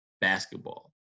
basketball